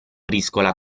briscola